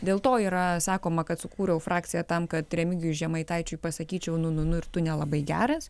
dėl to yra sakoma kad sukūriau frakciją tam kad remigijui žemaitaičiui pasakyčiau nu nu nu ir tu nelabai geras